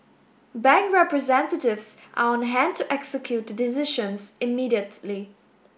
bank representatives are on hand to execute the decisions immediately